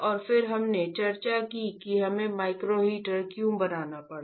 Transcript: और फिर हमने चर्चा की कि हमें माइक्रो हीटर क्यों बनाना पड़ा